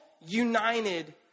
united